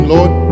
Lord